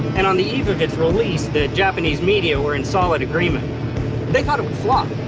and on the eve of its release the japanese media were in solid agreement they thought it would flop.